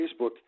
Facebook